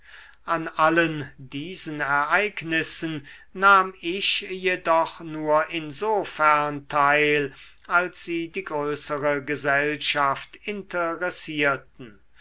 an allen diesen ereignissen nahm ich jedoch nur insofern teil als sie die größere gesellschaft interessierten